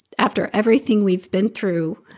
after everything we've been through,